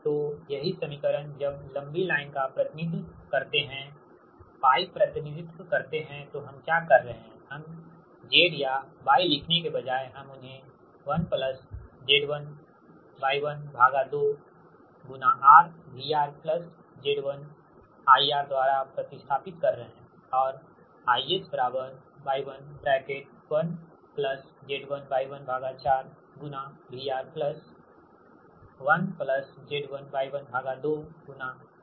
तो यही समीकरण जब लंबी लाइन का प्रतिनिधित्व करते हैं π प्रतिनिधित्व करते हैं तो हम क्या कर रहे हैं हम Z या Y लिखने के बजाय हम उन्हें 1Z1Y12 R VR plus Z1 IR द्वारा प्रतिस्थापित कर रहे हैं और IS Y11Z1Y14VR1Z1Y12IR है